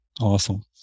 awesome